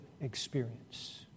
experience